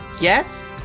yes